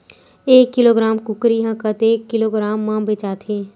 एक किलोग्राम कुकरी ह कतेक किलोग्राम म बेचाथे?